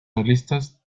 realistas